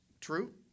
True